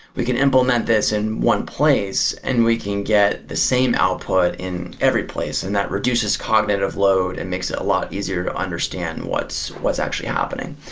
we can implement this in one place and we can get the same output in every place and that reduces cognitive load and makes it a lot easier to understand what's what's actually happening.